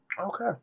okay